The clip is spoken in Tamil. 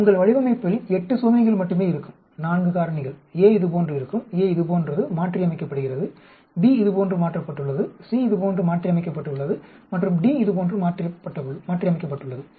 உங்கள் வடிவமைப்பில் 8 சோதனைகள் மட்டுமே இருக்கும் 4 காரணிகள் A இதுபோன்று இருக்கும் A இது போன்றது மாற்றியமைக்கப்படுகிறது B இதுபோன்று மாற்றப்பட்டுள்ளது C இதுபோன்று மாற்றியமைக்கப்பட்டு உள்ளது மற்றும் D இதுபோன்று மாற்றப்பட்டுள்ளது